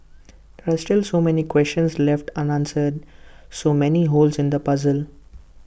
there are still so many questions left unanswered so many holes in the puzzle